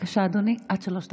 אדוני, עד שלוש דקות.